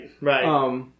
Right